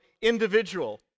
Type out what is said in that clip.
individual